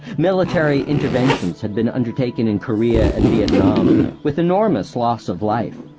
military interventions had been undertaken in korea and vietnam with enormous loss of life,